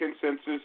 consensus